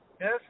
Yes